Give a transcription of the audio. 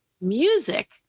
music